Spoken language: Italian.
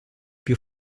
più